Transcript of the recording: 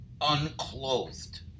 unclothed